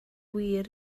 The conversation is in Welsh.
wir